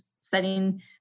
setting